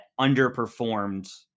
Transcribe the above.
underperformed